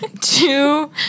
two